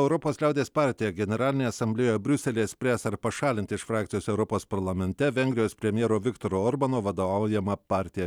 europos liaudies partija generalinėje asamblėjoje briuselyje spręs ar pašalinti iš frakcijos europos parlamente vengrijos premjero viktoro orbano vadovaujamą partiją